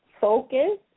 Focus